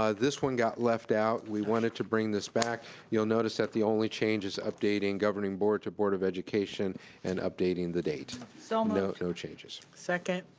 ah this one got left out, we wanted to bring this back you'll notice that the only change is updating governing board to board of education and updating the date. so um note no changes. second.